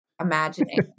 imagining